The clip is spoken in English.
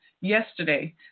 yesterday